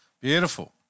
Beautiful